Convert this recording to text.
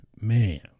man